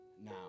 now